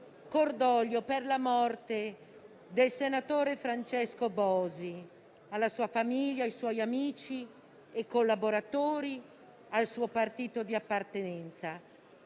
cordoglio per la morte del senatore Francesco Bosi alla sua famiglia, ai suoi amici e collaboratori, al suo partito di appartenenza.